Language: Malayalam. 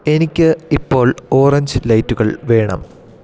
എനിക്ക് ഇപ്പോൾ ഓറഞ്ച് ലൈറ്റുകൾ വേണം